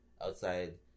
outside